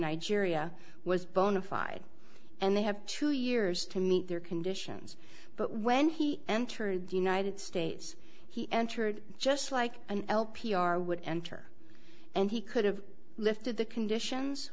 nigeria was bona fide and they have two years to meet their conditions but when he entered the united states he entered just like an l p r would enter and he could have lifted the conditions